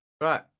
Right